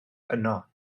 yno